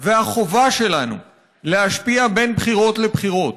והחובה שלנו להשפיע בין בחירות לבחירות,